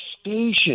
station